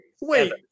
wait